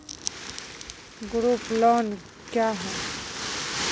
Group loan क्या है?